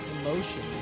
emotion